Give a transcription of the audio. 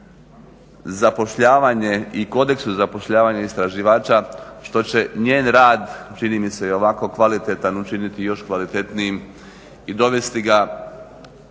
zapošljavanje i kodeksu zapošljavanja istraživača što će njen rad čini mi se i ovako kvalitetan učiniti još kvalitetnijim i dovesti ga